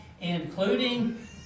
including